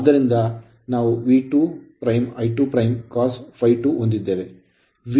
ಆದ್ದರಿಂದ ನಾವು V2 I2 cos' ∅2 ಹೊಂದಿದ್ದೇವೆ